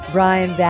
Brian